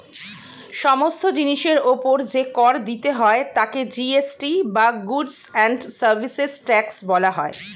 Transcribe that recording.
সমস্ত জিনিসের উপর যে কর দিতে হয় তাকে জি.এস.টি বা গুডস্ অ্যান্ড সার্ভিসেস ট্যাক্স বলা হয়